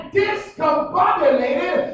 discombobulated